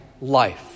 life